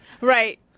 Right